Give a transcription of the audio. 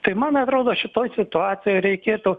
tai man atrodo šitoj situacijoj reikėtų